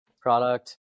product